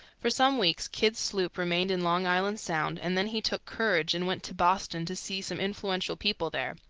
for some weeks kidd's sloop remained in long island sound, and then he took courage and went to boston to see some influential people there.